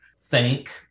thank